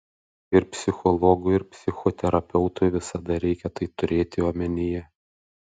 ir psichologui ir psichoterapeutui visada reikia tai turėti omenyje